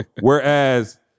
Whereas